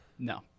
No